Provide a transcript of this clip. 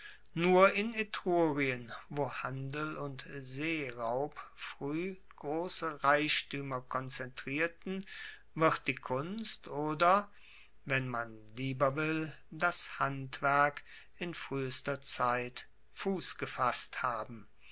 nur in etrurien wo handel und seeraub frueh grosse reichtuemer konzentrierten wird die kunst oder wenn man lieber will das handwerk in fruehester zeit fuss gefasst haben